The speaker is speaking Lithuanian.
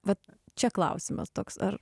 vat čia klausimas toks ar